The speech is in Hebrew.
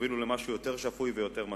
שיובילו למשהו יותר שפוי ויותר מתון.